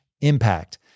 impact